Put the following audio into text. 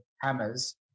hammers